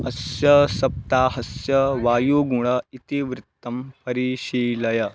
अस्य सप्ताहस्य वायुगुणम् इति वृत्तं परीशीलय